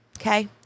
Okay